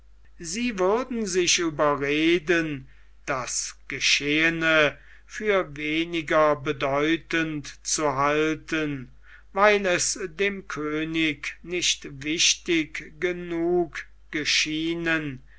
sie würden sich überreden das geschehene für weniger bedeutend zu halten weil es dem könig nicht wichtig genug geschienen